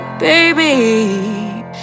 Baby